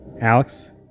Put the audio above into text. Alex